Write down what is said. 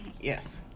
Yes